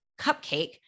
cupcake